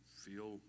feel